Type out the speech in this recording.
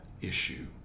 issue